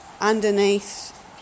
underneath